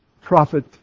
prophet